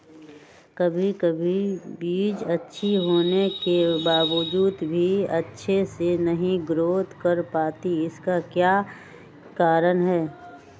कभी बीज अच्छी होने के बावजूद भी अच्छे से नहीं ग्रोथ कर पाती इसका क्या कारण है?